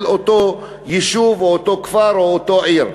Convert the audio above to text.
של אותו יישוב או אותו כפר או אותה עיר.